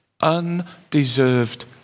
undeserved